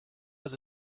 has